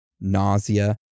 nausea